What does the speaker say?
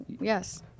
yes